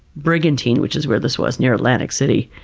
brigantine, which is where this was, near atlantic city,